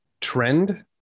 trend